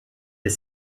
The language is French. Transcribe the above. est